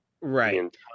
Right